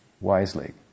wisely